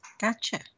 Gotcha